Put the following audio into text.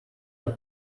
are